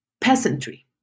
peasantry